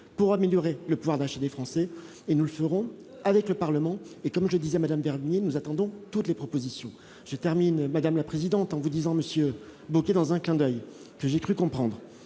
pour améliorer le pouvoir d'achat des Français et nous le ferons avec le Parlement, et comme je disais Madame dernier nous attendons toutes les propositions, je termine, madame la présidente, en vous disant, Monsieur Bocquet, dans un clin d'oeil que j'ai cru comprendre